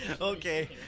okay